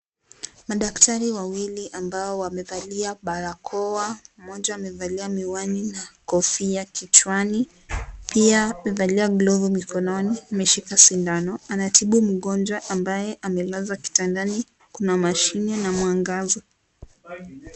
Madaktari wawili ambao wamevalia barakoa moja amevalia miwani na kofia kichwani pia amevalia glovu mikononi ameshika sindano anatibu mgonjwa ambaye amelazwa kitandani kuna mashini na mwangaza.